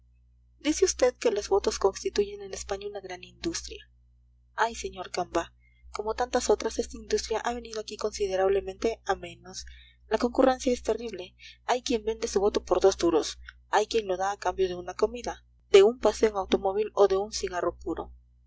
dice usted que los votos constituyen en españa una gran industria ay señor camba como tantas otras esta industria ha venido aquí considerablemente a menos la concurrencia es terrible hay quien vende su voto por dos duros hay quien lo da a cambio de una comida de un paseo en automóvil o de un cigarro puro